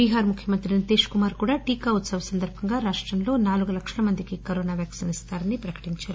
బీహార్ ముఖ్యమంత్రి నితీష్ కుమార్ కూడా టీకా ఉత్పవ్ సందర్బంగా రాష్టంలో నాలుగు లక్షల మందికి కరోనా పెర్షన్ ఇస్తారని చెప్పారు